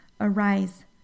Arise